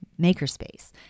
makerspace